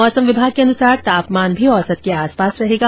मौसम विभाग के अनुसार तापमान भी औसत के आसपास रहेगा